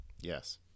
Yes